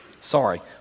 Sorry